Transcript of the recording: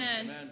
Amen